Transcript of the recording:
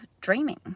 dreaming